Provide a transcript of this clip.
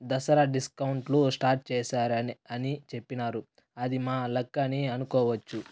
దసరా డిస్కౌంట్లు స్టార్ట్ చేశారని అని చెప్పినారు అది మా లక్ అని అనుకోవచ్చు